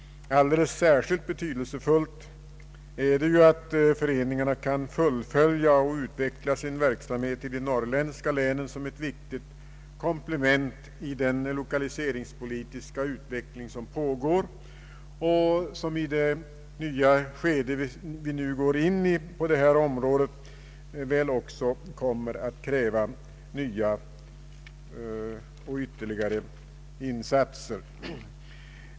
Alldeles särskilt betydelsefullt är det ju att föreningarna kan fullfölja och utveckla sin verksamhet i de norrländska länen som ett viktigt komplement i den lokaliseringspolitiska utveckling som pågår. I det nya skede som inträder på det här området kommer säkerligen också att krävas andra och större insatser.